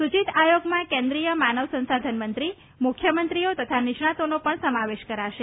સૂચિત આયોગમાં કેન્દ્રિત માનવ સંસાધન મંત્રી મુખ્ય મંત્રીઓ તથા નિષ્ણાંતોનો પણ સમાવેશ કરાશે